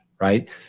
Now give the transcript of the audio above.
right